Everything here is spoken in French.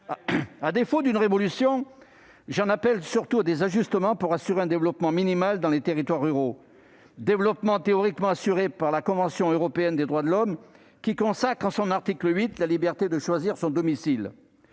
À défaut d'une révolution, j'en appelle surtout à des ajustements pour assurer un développement minimal dans les territoires ruraux, développement théoriquement assuré par la Convention européenne des droits de l'homme, qui consacre en son article 8 la liberté de choisir son domicile.